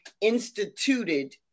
instituted